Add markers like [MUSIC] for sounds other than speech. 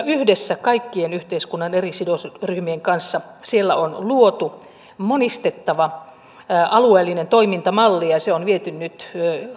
[UNINTELLIGIBLE] yhdessä kaikkien yhteiskunnan eri sidosryhmien kanssa siellä on luotu monistettava alueellinen toimintamalli ja ja se on viety nyt